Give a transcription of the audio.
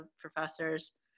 professors